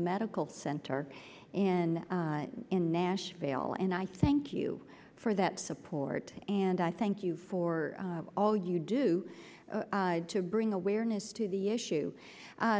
medical center in in nashville and i thank you for that support and i thank you for all you do to bring awareness to the issue